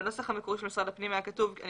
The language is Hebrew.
בנוסח המקורי של משרד הפנים היה כתוב "אני